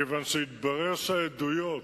מכיוון שהתברר שהעדויות